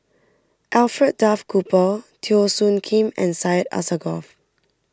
Alfred Duff Cooper Teo Soon Kim and Syed Alsagoff